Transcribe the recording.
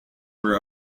were